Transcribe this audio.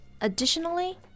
additionally